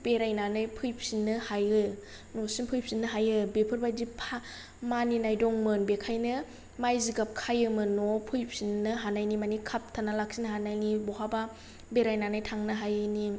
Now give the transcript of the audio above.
बेरायनानै फैफिननो हायो न'सिम फैफिननो हायो बेफोरबायदि फा मानिनाय दंमोन बेखायनो माइ जिगाब खायोमोन न'आव फैफिननो हानायनि मानि खापथाना लाखिनो हानायनि बहाबा बेरायनानै थांनो हायैनि